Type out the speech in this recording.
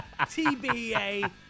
TBA